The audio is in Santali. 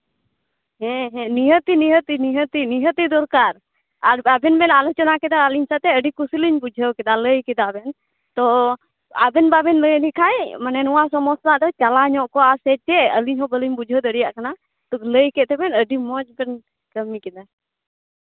ᱦᱮᱸᱦᱮᱸ ᱱᱤᱦᱟᱹᱛᱤ ᱱᱤᱦᱟᱹᱛᱤ ᱱᱤᱦᱟᱹᱛᱤ ᱫᱚᱨᱠᱟᱨ ᱟᱨ ᱟᱵᱮᱱ ᱵᱮᱱ ᱟᱞᱳᱪᱚᱱᱟ ᱠᱮᱫᱟ ᱟᱹᱞᱤᱧ ᱥᱟᱛᱮᱜ ᱟᱹᱰᱤ ᱠᱩᱥᱤ ᱞᱤᱧ ᱵᱩᱡᱷᱟᱹᱣ ᱠᱮᱫᱟ ᱞᱟᱹᱭ ᱠᱮᱫᱟᱵᱮᱱ ᱛᱳ ᱟᱵᱮᱱ ᱵᱟᱵᱮᱱ ᱞᱟᱹᱭ ᱞᱮᱠᱷᱟᱡ ᱢᱟᱱᱮ ᱱᱚᱣᱟ ᱥᱚᱢᱚᱥᱥᱟ ᱫᱚ ᱪᱟᱞᱟᱣ ᱧᱚᱜ ᱠᱚᱣᱟ ᱥᱮ ᱪᱮᱜ ᱟᱹᱞᱤᱧ ᱦᱚᱸ ᱵᱟᱹᱞᱤᱧ ᱵᱩᱡᱷᱟᱹᱣ ᱫᱟᱲᱮᱭᱟᱜ ᱠᱟᱱᱟ ᱞᱟᱹᱭ ᱠᱮᱜ ᱛᱮᱵᱵᱮᱱ ᱟᱹᱰᱤ ᱢᱚᱡᱽ ᱵᱮᱱ ᱠᱟᱹᱢᱤ ᱠᱮᱫᱟ